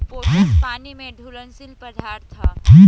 potash पानी में घुलनशील पदार्थ ह